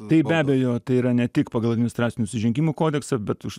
taip be abejo tai yra ne tik pagal administracinių nusižengimų kodeksą bet už